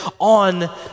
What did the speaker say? on